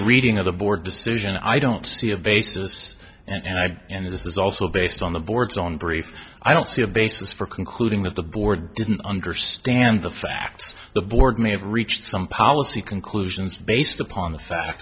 reading of the board decision i don't see a basis and i and this is also based on the boards on brief i don't see a basis for concluding that the board didn't understand the facts the board may have reached some policy conclusions based upon the fact